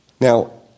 Now